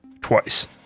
twice